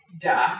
duh